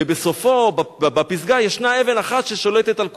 ובסופו, בפסגה, יש אבן אחת ששולטת על כולם.